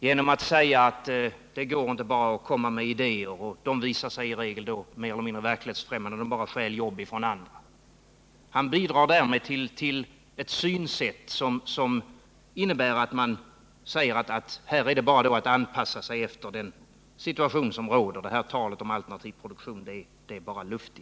Han säger att det inte går att bara komma med idéer, för de visar sig i regel mer eller mindre verklighetsfrämmande och betyder bara att man stjäl jobb från andra. Därmed bidrar han till ett synsätt som innebär att man säger: Här är det bara att anpassa sig efter den situation som råder. Talet om alternativ produktion är bara luft.